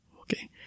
Okay